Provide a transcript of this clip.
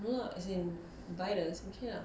no lah as in buy the it's okay lah